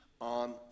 on